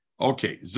Okay